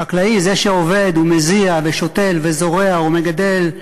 החקלאי, זה שעובד, ומזיע, ושותל, וזורע, ומגדל,